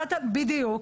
בדיוק.